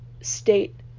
state